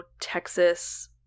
Texas